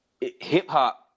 Hip-hop